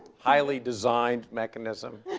highly designed mechanism.